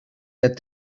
their